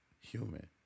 human